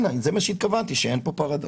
זה מה שהתכוונתי כשאמרתי שאין כאן פרדוקס.